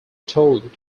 told